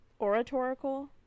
oratorical